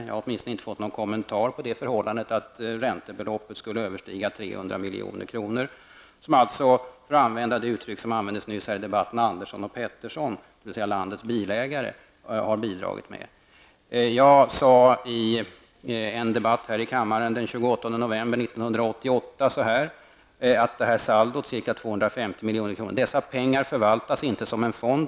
Jag har åtminstone inte fått någon kommentar av förhållandet att räntebeloppet skulle överstiga 300 milj.kr., som alltså -- för att använda det uttryck som nyss förekom i debatten -- Andersson och Jag sade i en debatt här i kammaren den 28 november 1988 om saldot på ca 250 milj.kr.: Dessa pengar förvaltas inte som en fond.